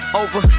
over